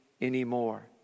anymore